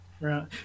right